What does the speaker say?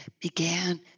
began